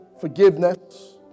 forgiveness